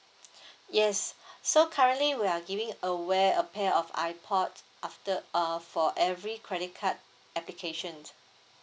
yes so currently we are giving away a pair of ipod after uh for every credit card application